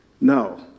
No